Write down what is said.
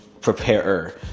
preparer